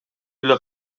эле